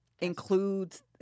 includes